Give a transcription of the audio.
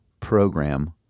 program